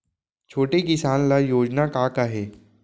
छोटे किसान ल योजना का का हे?